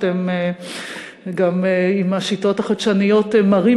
שאתם גם עם השיטות החדשניות מראים